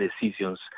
decisions